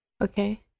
Okay